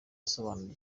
asobanura